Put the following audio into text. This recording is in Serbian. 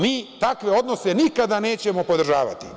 Mi takve odnose nikada nećemo podržavati.